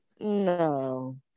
No